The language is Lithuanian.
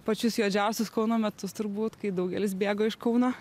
pačius juodžiausius kauno metus turbūt kai daugelis bėgo iš kauno